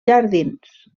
jardins